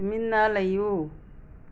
ꯇꯨꯃꯤꯟꯅ ꯂꯩꯌꯨ